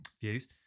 Views